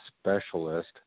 specialist